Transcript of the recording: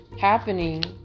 happening